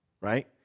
right